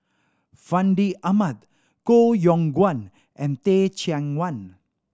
Fandi Ahmad Koh Yong Guan and Teh Cheang Wan